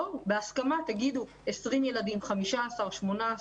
בואו בהסכמה תגידו: 20 ילדים, 15, 18,